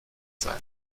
sein